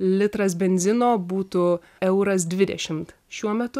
litras benzino būtų euras dvidešimt šiuo metu